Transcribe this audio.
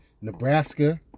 Nebraska